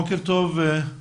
בוקר טוב לכולם.